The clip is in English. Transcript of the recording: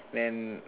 plan